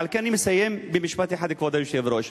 ועל כן, אני מסיים במשפט אחד, כבוד היושב-ראש.